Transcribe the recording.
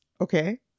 Okay